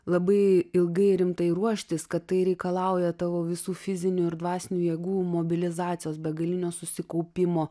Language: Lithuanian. labai ilgai rimtai ruoštis kad tai reikalauja tavo visų fizinių ir dvasinių jėgų mobilizacijos begalinio susikaupimo